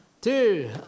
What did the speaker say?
two